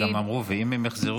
הם גם אמרו: ואם הם יחזרו,